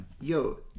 Yo